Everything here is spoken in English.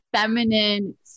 feminine